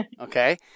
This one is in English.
Okay